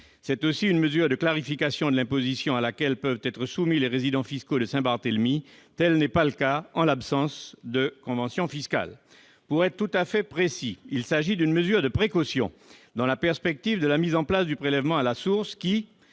C'est aussi une mesure de clarification de l'imposition à laquelle peuvent être soumis les résidents fiscaux de Saint-Barthélemy. Tel n'est pas le cas en l'absence de convention fiscale. Pour être tout à fait précis, il s'agit d'une mesure de précaution dans la perspective de la mise en place du prélèvement à la source,